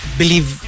believe